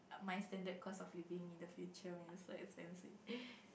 my standard cost of living in the future when it's so expensive